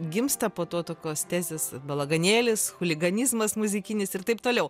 gimsta po to tokios tezės balaganėlis chuliganizmas muzikinis ir taip toliau